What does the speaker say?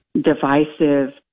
divisive